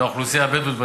לאוכלוסייה הבדואית בנגב.